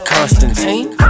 Constantine